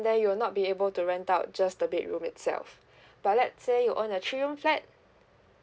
then you will not be able to rent out just the bedroom itself but let's say you own a three room flat